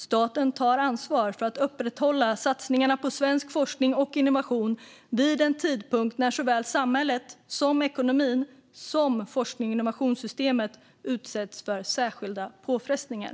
Staten tar ansvar för att upprätthålla satsningarna på svensk forskning och innovation vid en tidpunkt när såväl samhället och ekonomin som forsknings och innovationssystemet utsätts för särskilda påfrestningar.